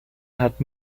hat